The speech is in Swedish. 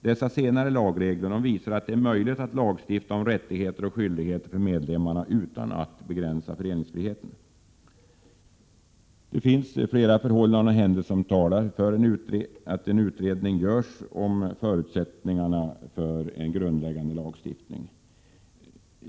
Dessa lagregler visar att det är möjligt att lagstifta om rättigheter och skyldigheter för medlemmar utan att begränsa föreningsfriheten. Det finns flera förhållanden och händelser som talar för att en utredning görs om förutsättningarna för en grundläggande lagstiftning.